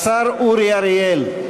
השר אורי אריאל.